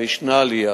ויש עלייה